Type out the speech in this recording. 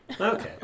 Okay